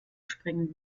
springen